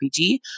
RPG